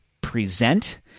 present